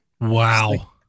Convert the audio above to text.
Wow